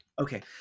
okay